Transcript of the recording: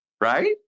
right